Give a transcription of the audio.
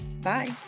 Bye